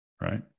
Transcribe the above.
Right